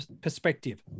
perspective